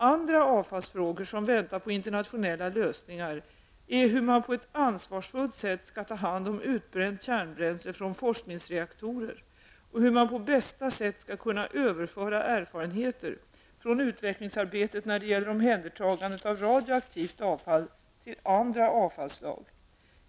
Andra avfallsfrågor som väntar på internationella lösningar är hur man på ett ansvarsfullt sätt skall ta hand om utbränt kärnbränsle från forskningsreaktorer, och hur man på bästa sätt skall kunna överföra erfarenheter från utvecklingsarbetet när det gäller omhändertagandet av radioaktivt avfall till andra avfallslag.